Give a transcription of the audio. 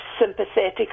sympathetic